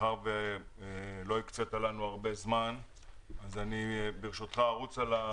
מאחר שלא הקצית לנו הרבה זמן אני ברשותך ארוץ על הנושאים.